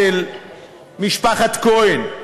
אצל משפחת כהן,